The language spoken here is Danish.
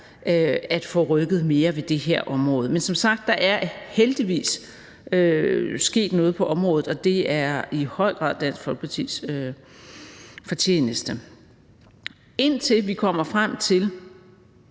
at få rykket mere ved det her område. Men som sagt er der heldigvis sket noget på området, og det er i høj grad Dansk Folkepartis fortjeneste. Indtil vi kommer frem til